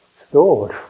stored